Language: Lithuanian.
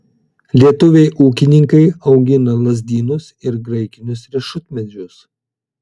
lietuviai ūkininkai augina lazdynus ir graikinius riešutmedžius